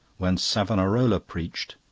when savonarola preached,